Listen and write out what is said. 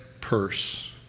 purse